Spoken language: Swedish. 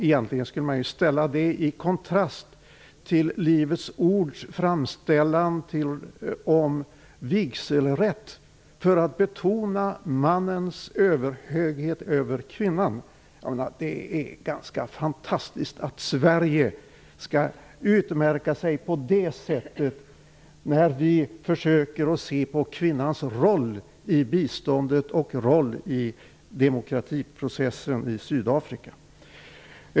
Egentligen skulle man ställa det i kontrast till Livets ords framställan om vigselrätt för att betona mannens överhöghet över kvinnan. Det är ganska fantastiskt att Sverige skall utmärka sig på det sättet, när vi försöker se på kvinnans roll i biståndet och i demokratiprocessen i Sydafrika.